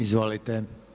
Izvolite.